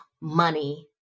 money